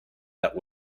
that